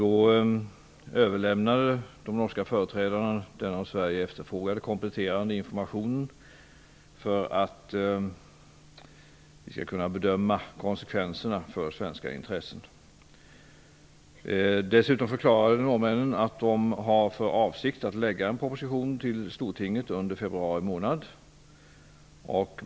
De norska företrädarna överlämnade den av svenska regeringen efterfrågade kompletterande informationen för att vi skall kunna bedöma konsekvenserna för svenska intressen. Dessutom förklarade norrmännen att avsikten är att lägga fram en proposition i Stortinget under februari.